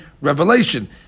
revelation